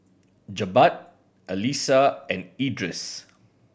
Jebat Alyssa and Idris